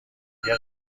میگه